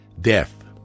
Death